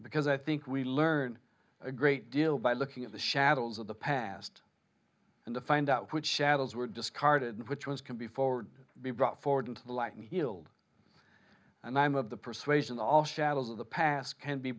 because i think we learn a great deal by looking at the shadows of the past and to find out which shadows were discarded and which ones can be forward be brought forward into the light and healed and i'm of the persuasion all shadows of the past can be